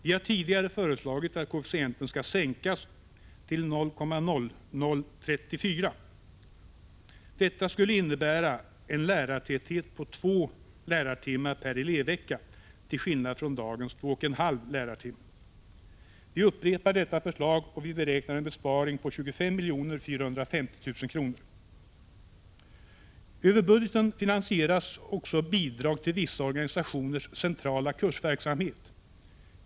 Vi har tidigare föreslagit att koefficienten skall sänkas till 0,0034. Det skulle innebära en lärartäthet på 2 lärartimmar per elevvecka till skillnad från dagens 2,5 lärartimmar. Vi upprepar detta förslag, och vi beräknar en besparing på 25 450 000 kr. Över budgeten finansieras också bidrag till vissa organisationers centrala kursverksamhet.